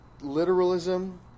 literalism